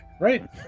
Right